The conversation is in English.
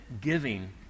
giving